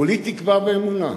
כולי תקווה ואמונה שאנחנו,